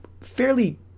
fairly